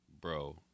Bro